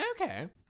Okay